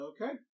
Okay